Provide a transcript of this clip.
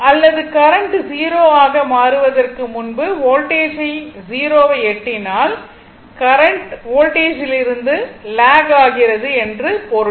அல்லது கரண்ட் 0 ஆக மாறுவதற்கு முன்பு வோல்டேஜ் 0 ஐ எட்டினால் கரண்ட் வோல்டேஜ்லிருந்து லாக் ஆகிறது என்று பொருள்